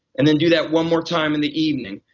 and then do that one more time in the evening.